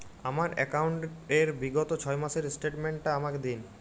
আমার অ্যাকাউন্ট র বিগত ছয় মাসের স্টেটমেন্ট টা আমাকে দিন?